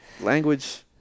Language